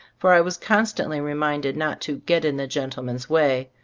for i was constantly reminded not to get in the gentleman's way.